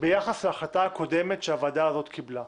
ביחס להחלטה הקודמת שהוועדה הזאת קיבלה.